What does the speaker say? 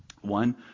One